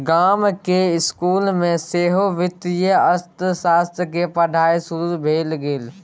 गामक इसकुल मे सेहो वित्तीय अर्थशास्त्र केर पढ़ाई शुरू भए गेल